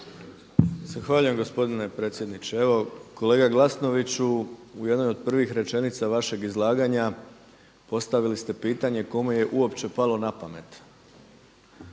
Hvala.